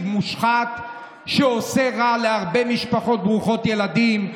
מושחת שעושה רע להרבה משפחות ברוכות ילדים,